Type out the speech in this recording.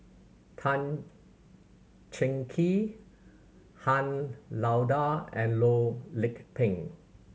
Tan Cheng Kee Han Lao Da and Loh Lik Peng